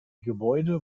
gebäude